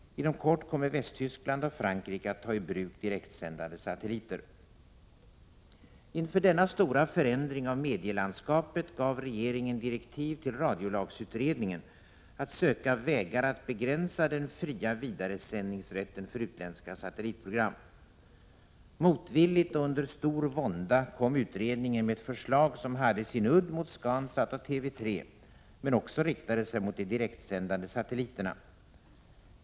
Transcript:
Inom kort kommer Västtyskland och Frankrike att ta i bruk direktsändande satelliter. Inför denna stora förändring av medielandskapet gav regeringen radiolagsutredningen ii direktiv att söka vägar för att begränsa den fria vidaresändningsrätten för utländska satellitprogram. Motvilligt och under stor vånda kom utredningen med förslag som hade sin udd mot ScanSat och TV 3, men också riktade sig mot de direktsändande satelliterna.